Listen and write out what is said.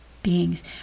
beings